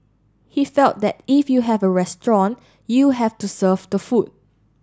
he fell that if you have a restaurant you have to serve the food